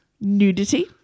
Nudity